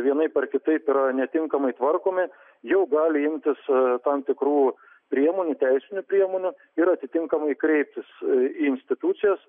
vienaip ar kitaip yra netinkamai tvarkomi jau gali imtis tam tikrų priemonių teisinių priemonių ir atitinkamai kreiptis į institucijas